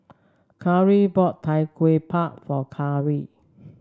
Kyara bought Tau Kwa Pau for Kyara